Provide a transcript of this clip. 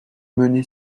mené